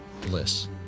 Bliss